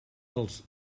els